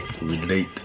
relate